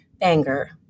anger